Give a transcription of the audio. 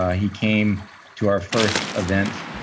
ah he came to our first event.